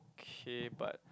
okay but